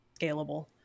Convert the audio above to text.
scalable